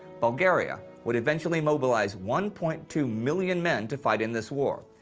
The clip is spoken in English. bulgaria would eventually mobilize one point two million men to fight in this war,